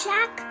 Jack